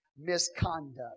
misconduct